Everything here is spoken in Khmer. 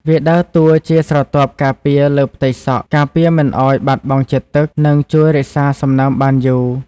វាដើរតួជាស្រទាប់ការពារលើផ្ទៃស្បែក ការពារមិនឱ្យបាត់បង់ជាតិទឹក និងជួយរក្សាសំណើមបានយូរ។